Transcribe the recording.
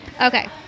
Okay